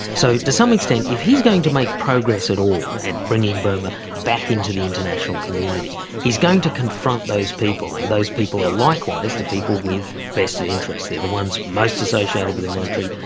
so, to some extent, if he's going to make progress at all at bringing burma back into the international community, he's going to confront those people and those people are likewise the people with vested interests, they're the ones most associated with the military,